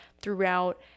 throughout